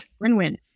win-win